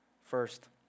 First